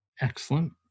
Excellent